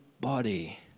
body